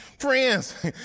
Friends